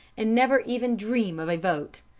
and never even dream of a vote.